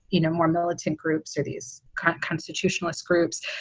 you know, more militant groups or these kind of constitutionalist groups,